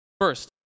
First